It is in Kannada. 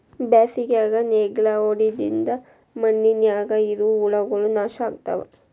ಬ್ಯಾಸಿಗ್ಯಾಗ ನೇಗ್ಲಾ ಹೊಡಿದ್ರಿಂದ ಮಣ್ಣಿನ್ಯಾಗ ಇರು ಹುಳಗಳು ನಾಶ ಅಕ್ಕಾವ್